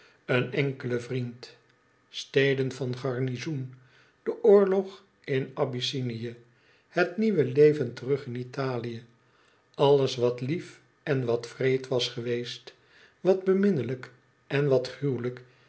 een enkele vriend steden van gamizoen de oorlog in abyssinie het nieuwe leven terug in italie alles wat lief en wat wreed was geweest wat beminnelijk en wat gruwelijk